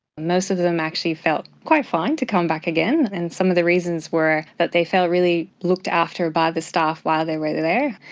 most of them actually felt quite fine to come back again, and some of the reasons were that they felt really looked after by the staff while they were there.